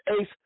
ace